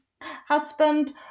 husband